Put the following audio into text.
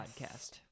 podcast